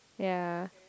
ya